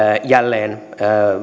jälleen